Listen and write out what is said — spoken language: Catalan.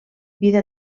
vida